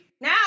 Now